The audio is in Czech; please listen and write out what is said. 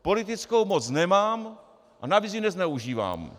Politickou moc nemám a navíc ji nezneužívám.